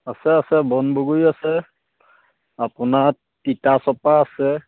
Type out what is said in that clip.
আছে আছে বনবগৰি আছে আপোনাৰ তিতাচপা আছে